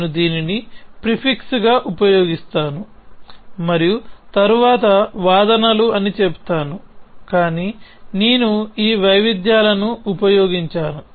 నేను దీనిని ప్రిఫిక్స్ గా ఉపయోగిస్తాను మరియు తరువాత వాదనలు అని చెబుతాను కానీ నేను ఈ వైవిధ్యాలను ఉపయోగించాను